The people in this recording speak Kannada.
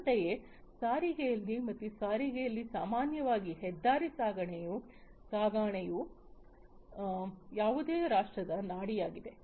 ಅಂತೆಯೇ ಸಾರಿಗೆಯಲ್ಲಿ ಮತ್ತು ಸಾರಿಗೆಯಲ್ಲಿ ಸಾಮಾನ್ಯವಾಗಿ ಹೆದ್ದಾರಿ ಸಾಗಣೆಯು ಯಾವುದೇ ರಾಷ್ಟ್ರದ ನಾಡಿಯಾಗಿದೆ